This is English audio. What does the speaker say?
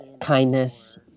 kindness